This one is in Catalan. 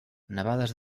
nevades